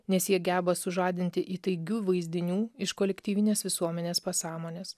nes jie geba sužadinti įtaigių vaizdinių iš kolektyvinės visuomenės pasąmonės